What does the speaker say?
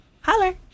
holler